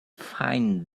fine